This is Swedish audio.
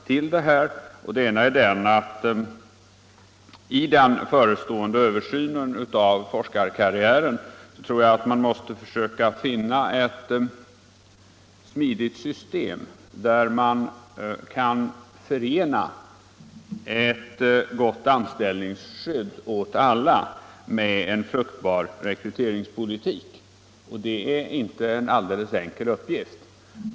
Den ena är att jag tror att man i den förestående översynen av forskarkarriären måste försöka finna ett smidigt system, där man kan förena ett gott anställningsskydd åt alla med en fruktbar rekryteringspolitik. Detta är inte en alldeles enkel uppgift.